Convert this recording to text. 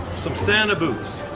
some santa boots